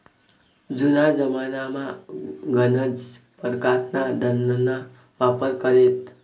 जुना जमानामा गनच परकारना धनना वापर करेत